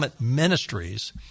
Ministries